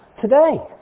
today